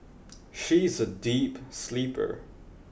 she is a deep sleeper